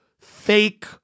fake –